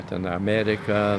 ten amerika